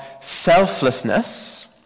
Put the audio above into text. selflessness